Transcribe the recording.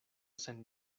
sen